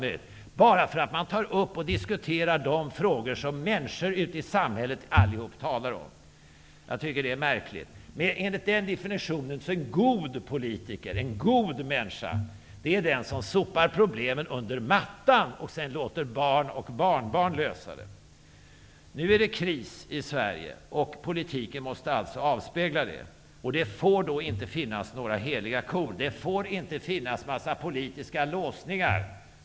Och detta bara för att vi vill ta upp och diskutera de frågor som alla människor ute i samhället talar om. Jag tycker att det är märkligt. Enligt den definitionen är en god politiker och en god människa den som sopar problemen under mattan och sedan låter barn och barnbarn lösa problemen. Nu är det kris i Sverige, och detta måste alltså politiken avspegla. Det får då inte längre finnas några heliga kor och en massa politiska låsningar.